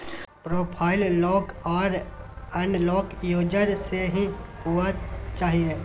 profile lock आर unlock user से ही हुआ चाहिए